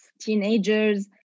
teenagers